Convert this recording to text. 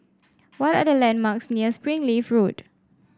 what are the landmarks near Springleaf Road